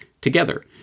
together